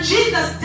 Jesus